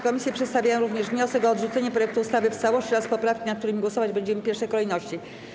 Komisje przedstawiają również wniosek o odrzucenie projektu ustawy w całości oraz poprawki, nad którymi będziemy głosować w pierwszej kolejności.